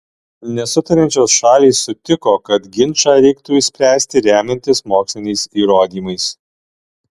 nesutariančios šalys sutiko kad ginčą reiktų išspręsti remiantis moksliniais įrodymais